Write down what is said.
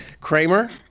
Kramer